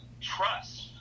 trust